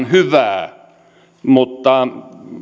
hyvää mutta